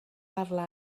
parla